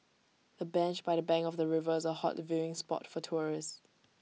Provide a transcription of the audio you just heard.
the bench by the bank of the river is A hot viewing spot for tourists